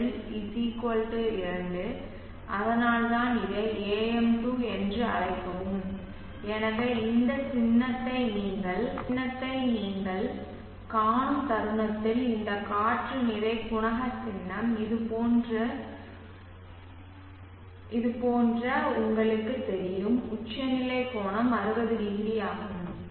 5 l 2 அதனால்தான் இதை AM2 என்று அழைக்கவும் எனவே இந்த சின்னத்தை நீங்கள் காணும் தருணத்தில் இந்த காற்று நிறை குணக சின்னம் இது போன்ற உங்களுக்குத் தெரியும் உச்சநிலை கோணம் 600 ஆகும்